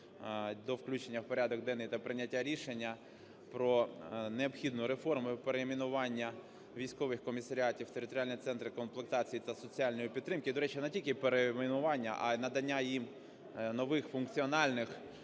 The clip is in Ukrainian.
до включення в порядок денний та прийняття рішення: про необхідну реформу і перейменування військових комісаріатів в територіальні центри комплектацій та соціальної підтримки. До речі, не тільки перейменування, а і надання їм нових функціональних